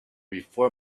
before